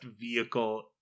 vehicle